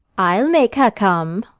i'll make her come,